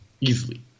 easily